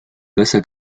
casa